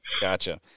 Gotcha